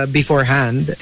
beforehand